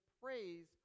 praise